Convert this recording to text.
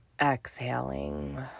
exhaling